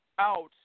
out